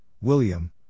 William